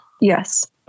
Yes